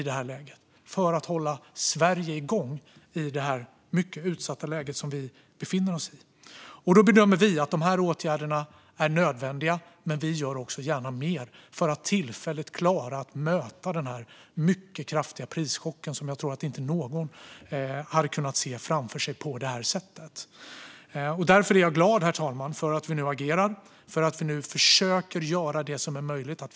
Det handlar om att hålla igång Sverige i det mycket utsatta läge som vi befinner oss i. Vi bedömer att dessa åtgärder är nödvändiga, men vi gör gärna mer för att tillfälligt klara att möta denna mycket kraftiga prischock, som jag inte tror att någon hade kunnat se framför sig på det här sättet. Därför är jag glad, herr talman, för att vi nu agerar och för att vi nu försöker göra det som är möjligt.